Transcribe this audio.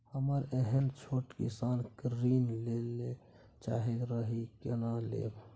हमरा एहन छोट किसान ऋण लैले चाहैत रहि केना लेब?